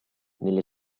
nelle